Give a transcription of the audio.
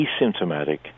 asymptomatic